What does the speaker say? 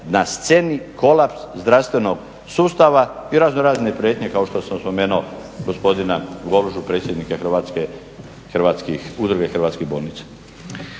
na sceni kolaps zdravstvenog sustava i razno razne prijetnje kao što sam spomenuo gospodina Golužu predsjednika Udruge hrvatskih bolnica.